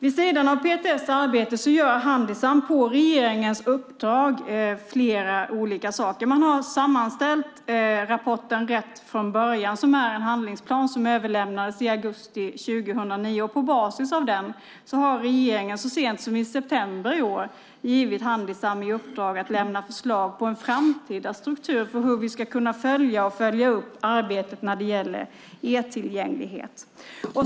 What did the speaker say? Vid sidan av PTS arbete gör Handisam på regeringens uppdrag flera olika saker. Man har sammanställt rapporten Rätt från början , som är en handlingsplan som överlämnades i augusti 2009. På basis av den har regeringen så sent som i september i år givit Handisam i uppdrag att lämna förslag på en framtida struktur för hur vi ska kunna följa och följa upp arbetet när det gäller e-tillgänglighet.